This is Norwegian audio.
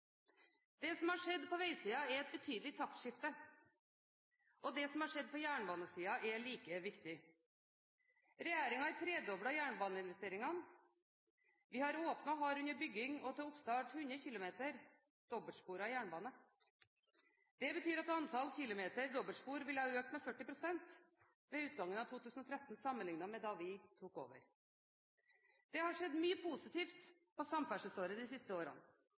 Det som har skjedd på veisiden, er et betydelig taktskifte. Det som har skjedd på jernbanesiden, er like viktig. Regjeringen har tredoblet jernbaneinvesteringene. Vi har åpnet, har under bygging og til oppstart 100 km dobbeltsporet jernbane. Det betyr at antall kilometer dobbeltspor vil ha økt med 40 pst. ved utgangen av 2013, sammenlignet med da vi tok over. Det har skjedd mye positivt på samferdselsfeltet de siste årene,